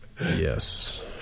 Yes